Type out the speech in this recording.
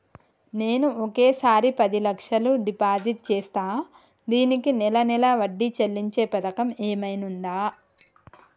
నేను ఒకేసారి పది లక్షలు డిపాజిట్ చేస్తా దీనికి నెల నెల వడ్డీ చెల్లించే పథకం ఏమైనుందా?